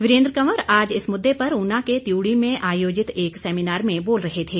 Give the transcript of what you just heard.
वीरेंद्र कंवर आज इस मुददे पर ऊना के त्यूड़ी में आयोजित एक सेमिनार में बोल रहे थे